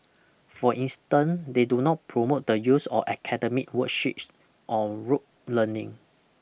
for instance they do not promote the use of academic worksheets or rote learning